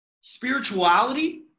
spirituality